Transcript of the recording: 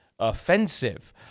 offensive